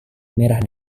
merah